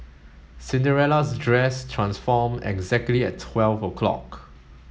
Cinderella's dress transform exactly at twelve o'clock